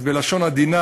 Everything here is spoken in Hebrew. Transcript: אז בלשון עדינה,